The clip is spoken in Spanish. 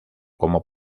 como